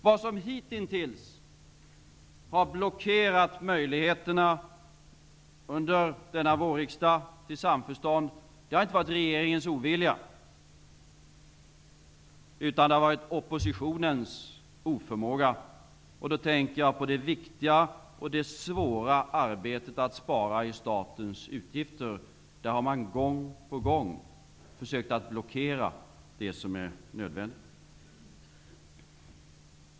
Vad som hitintills under vårriksdagen har blockerat möjligheterna till samförstånd har inte varit regeringens ovilja, utan det har varit oppositionens oförmåga. Jag tänker då på det viktiga och svåra arbetet att spara i statens utgifter. Det har man gång på gång försökt blockera -- det som har varit nödvändigt.